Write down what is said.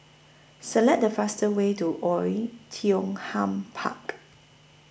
Select The fastest Way to Oei Tiong Ham Park